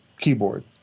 keyboard